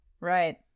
Right